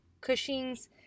Cushing's